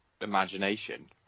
imagination